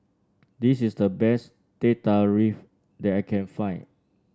this is the best Teh Tarik that I can find